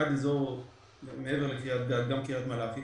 עד מעבר לקריית גת גם קריית מלאכי